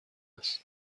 است